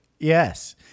Yes